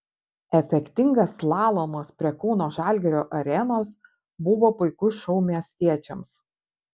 efektingas slalomas prie kauno žalgirio arenos buvo puikus šou miestiečiams